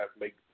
make